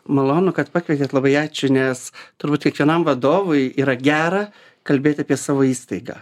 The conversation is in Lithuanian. malonu kad pakvietėt labai ačiū nes turbūt kiekvienam vadovui yra gera kalbėt apie savo įstaigą